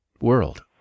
world